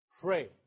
Pray